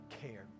care